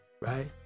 right